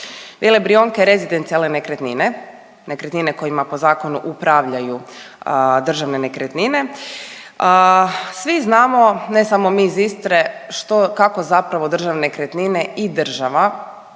Vile Brijunke rezidencijalne nekretnine, nekretnine kojima po zakonu upravljaju Državne nekretnine. Svi znamo ne samo mi iz Istre što, kako zapravo Državne nekretnine i država